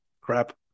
crap